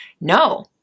No